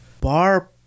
bar